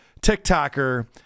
TikToker